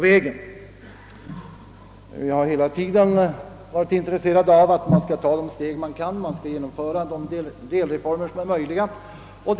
Jag har hela tiden talat för att vi skall genomföra de delreformer som är möjliga att genomföra.